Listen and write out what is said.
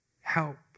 help